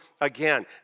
again